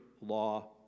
law